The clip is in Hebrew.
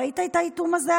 וראית את האיטום הזה,